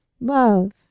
love